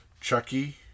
Chucky